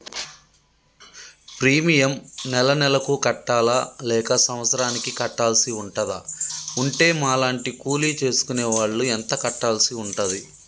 Premium నెల నెలకు కట్టాలా లేక సంవత్సరానికి కట్టాల్సి ఉంటదా? ఉంటే మా లాంటి కూలి చేసుకునే వాళ్లు ఎంత కట్టాల్సి ఉంటది?